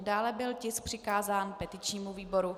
Dále byl tisk přikázán petičnímu výboru.